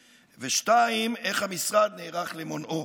2. איך המשרד נערך למונעו?